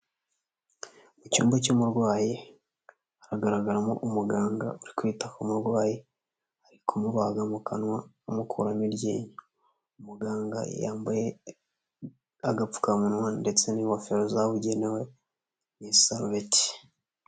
Mu cyumba cy'umurwayi hagaragaramo umuganga uri kwita ku murwayi ari kumubaga mu kanwa amukuramo iryinyo. Muganga yambaye agapfukamunwa ndetse n'ingofero zabugenewe n'isaribeti.